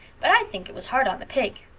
but i think it was hard on the pig.